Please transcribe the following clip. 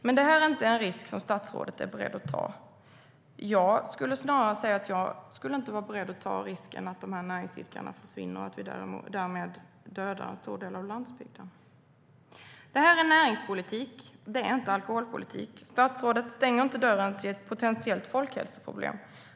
Men detta är inte en risk som statsrådet är beredd att ta. Jag skulle snarare säga att jag inte skulle vara beredd att ta risken att dessa näringsidkare försvinner och att vi därmed dödar en stor del av landsbygden. Detta är näringspolitik. Det är inte alkoholpolitik. Statsrådet stänger inte dörren till ett potentiellt folkhälsoproblem.